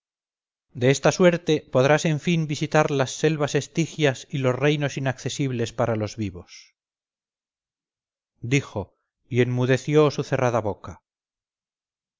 de esta suerte podrás en fin visitar las selvas estigias y los reinos inaccesibles para los vivos dijo y enmudeció su cerrada boca